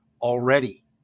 already